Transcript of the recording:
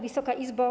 Wysoka Izbo!